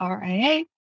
RIA